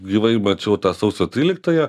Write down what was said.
gyvai mačiau tą sausio tryliktąją